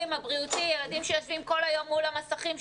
ילדים שיושבים כל היום מול המסכים,